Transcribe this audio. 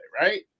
right